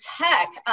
tech